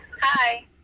Hi